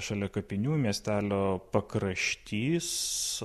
šalia kapinių miestelio pakraštys